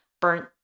burnt